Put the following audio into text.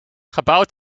gebouwd